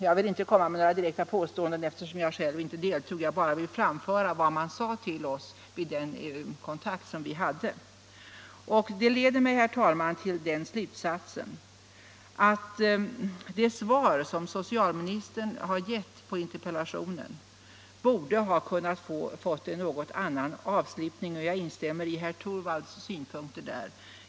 Jag vill inte komma med några direkta påståenden, eftersom jag själv inte deltog i den här sammankomsten — jag vill bara framföra vad parlamentarikerna sade till oss vid den kontakt som vi hade med dem. Det leder mig, herr talman, till slutsatsen att det svar som socialministern har givit på interpellationen borde ha kunnat få en något annan avslutning, och jag instämmer i herr Torwalds synpunkter där.